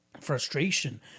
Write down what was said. frustration